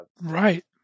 Right